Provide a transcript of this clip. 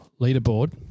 leaderboard